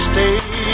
Stay